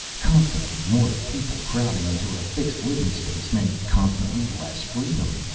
constantly more people crowding into a fixed living space meant constantly less freedom.